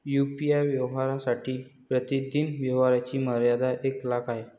UPI व्यवहारांसाठी प्रतिदिन व्यवहारांची मर्यादा एक लाख आहे